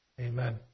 Amen